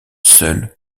seul